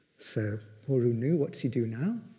so, poor u nu, what's he do now?